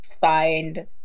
find